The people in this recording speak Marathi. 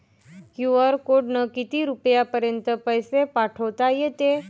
क्यू.आर कोडनं किती रुपयापर्यंत पैसे पाठोता येते?